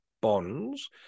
bonds